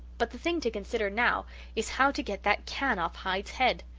but the thing to consider now is how to get that can off hyde's head.